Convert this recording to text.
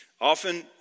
Often